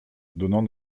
donnant